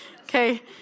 Okay